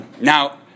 now